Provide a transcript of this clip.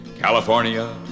California